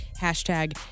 Hashtag